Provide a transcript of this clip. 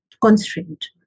constraint